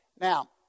Now